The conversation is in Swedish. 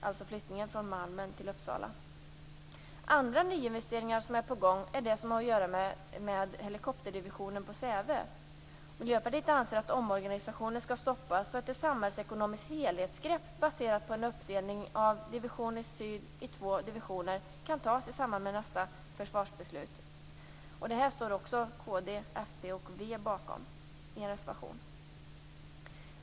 Andra nyinvesteringar som är på gång har att göra med helikopterdivisionen på Sävö. Miljöpartiet anser att omorganisationen skall stoppas så att ett samhällsekonomiskt helhetsgrepp baserat på en uppdelning av Division Syd i två divisioner kan tas i samband med nästa försvarsbeslut. Det här står också kd, fp och v bakom i en reservation.